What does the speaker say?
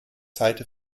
seite